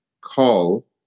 call